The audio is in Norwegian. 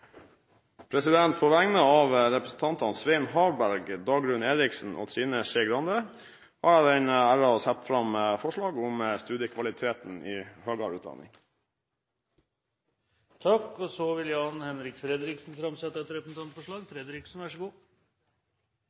På vegne av representantene Svein Harberg, Dagrun Eriksen, Trine Skei Grande og meg selv har jeg den ære å sette fram et forslag om studiekvaliteten i høyere utdanning. Representanten Jan-Henrik Fredriksen vil framsette et representantforslag.